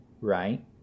right